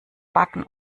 backen